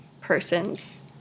person's